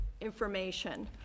information